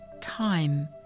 time